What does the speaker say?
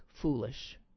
foolish